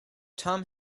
tom